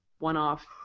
one-off